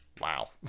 Wow